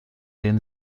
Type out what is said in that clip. den